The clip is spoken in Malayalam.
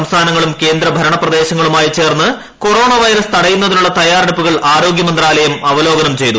സംസ്ഥാനങ്ങളും കേന്ദ്രഭരണപ്രദേശങ്ങളുമായി ചേർന്ന് കൊറോണ വൈറസ് തടയുന്നതിനുള്ള തയ്യാറെടുപ്പുകൾ ആരോഗ്യ മന്ത്രാലയം അവലോകനം ചെയ്തു